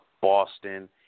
Boston